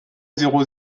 zéro